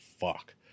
fuck